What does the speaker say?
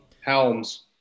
helms